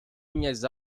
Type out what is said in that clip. minhas